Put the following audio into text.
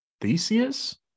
Theseus